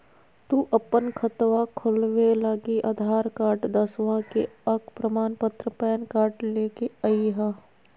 तू अपन खतवा खोलवे लागी आधार कार्ड, दसवां के अक प्रमाण पत्र, पैन कार्ड ले के अइह